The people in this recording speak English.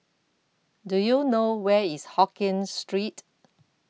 Do YOU know Where IS Hokkien Street